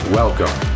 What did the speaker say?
welcome